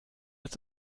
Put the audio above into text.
ist